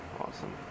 awesome